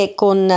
con